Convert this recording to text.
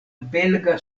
belga